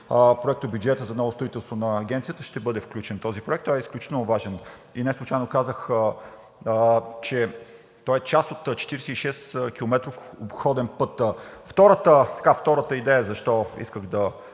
проектобюджета за ново строителство на Агенцията ще бъде включен този проект, той е изключително важен. Неслучайно казах, че той е част от 46-километров обходен път. Втората идея защо исках да